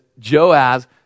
Joaz